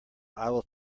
will